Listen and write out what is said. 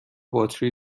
باتری